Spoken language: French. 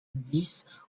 dix